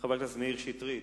חבר הכנסת מאיר שטרית,